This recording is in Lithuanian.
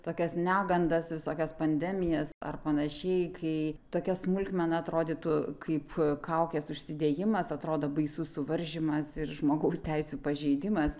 tokias negandas visokias pandemijas ar panašiai kai tokia smulkmena atrodytų kaip kaukės užsidėjimas atrodo baisus suvaržymas ir žmogaus teisių pažeidimas